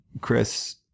Chris